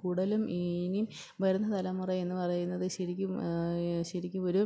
കൂടുതലും ഇനി വരുന്ന തലമുറ എന്നു പറയുന്നത് ശരിക്കും ശരിക്കും ഒരു